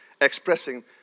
expressing